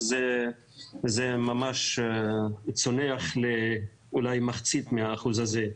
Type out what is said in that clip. ואז האחוז צונח לאולי מחצית מהאחוז הזה.